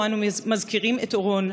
שבו אנו מזכירים את אורון,